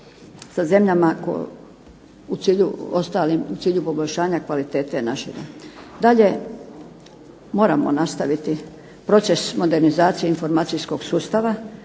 ostalim, u cilju poboljšanja kvalitete naše. Dalje, moramo nastaviti proces modernizacije informacijskog sustava,